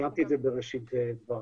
ציינתי את זה בראשית דבריי.